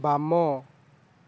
ବାମ